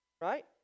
right